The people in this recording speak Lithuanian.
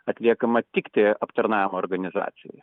atliekama tiktai aptarnavimo organizacijoje